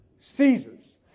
Caesar's